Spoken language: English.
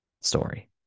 story